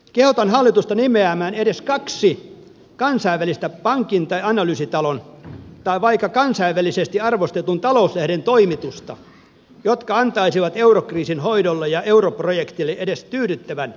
kehotan hallitusta nimeämään edes kaksi kansainvälistä pankin tai analyysitalon tai vaikka kansainvälisesti arvostetun talouslehden toimitusta jotka antaisivat eurokriisin hoidolle ja europrojektille edes tyydyttävän arvosanan